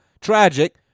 Tragic